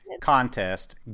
contest